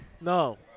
No